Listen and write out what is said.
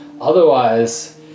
otherwise